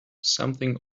something